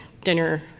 dinner